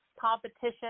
Competition